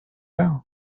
down